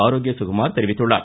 ஆரோக்கிய சுகுமார் தெரிவித்துள்ளார்